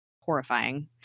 horrifying